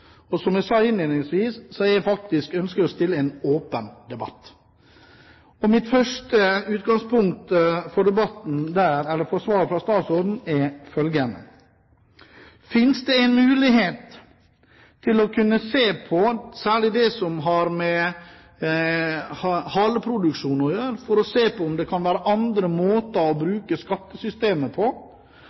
Som jeg sa innledningsvis, ønsker jeg faktisk en åpen debatt. Mitt første utgangspunkt eller spørsmål til statsråden er følgende: Finnes det en mulighet for særlig å kunne se på det som har med haleproduksjon å gjøre, for å se om det kan være andre måter å bruke skattesystemet på?